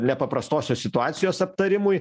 nepaprastosios situacijos aptarimui